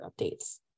updates